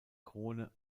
krone